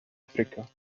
africa